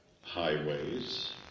highways